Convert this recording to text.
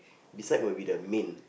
beside will be the main